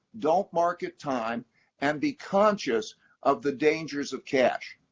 don't market time and be conscious of the dangers of cash.